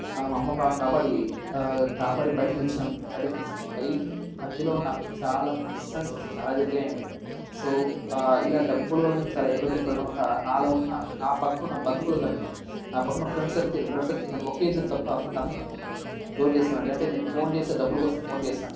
మా అమ్మ ప్రాణం కాపాడి కాపాడి బయట తెచ్చినం బయట తెచ్చినామనమాట ఈ మధ్యలో నాకు చాలా అస్సలు చాలా జరిగాయి అండి సో ఇలా డబ్బులు వల్ల చాలా ఇబ్బంది పడడం వల్ల నాలో ఉన్న నా పక్కన ఉన్న బంధువులు గాని నా పక్కన ఉన్న ఫ్రెండ్స్ సర్కిల్ ఫ్రెండ్స్ సర్కిల్ ఒక ఇద్దరు తప్ప మిగతా అందరూ నన్ను జోక్ చేస్తున్నారు అంటే నేను ఫోన్ చేస్తే డబ్బులు కోసం ఫోన్ చేస్తాను